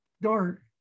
dark